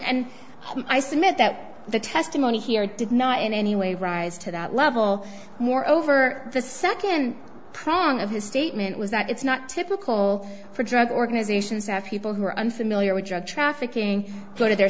i submit that the testimony here did not in any way rise to that level more over the second prong of his statement was that it's not typical for drug organizations have people who are unfamiliar with drug trafficking go to their